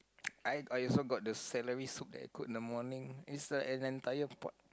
I I also got the celery soup that I cook in the morning it's like an entire pot